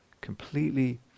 Completely